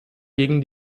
gegen